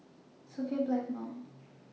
Sophia Blackmore